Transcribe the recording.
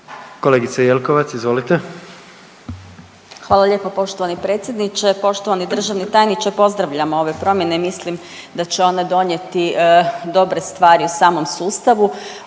**Jelkovac, Marija (HDZ)** Hvala lijepo poštovani predsjedniče. Poštovani državni tajniče pozdravljam ove promjene i mislim da će one donijeti dobre stvari u samom sustavu,